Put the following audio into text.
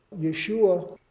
Yeshua